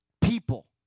people